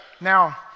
Now